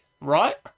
right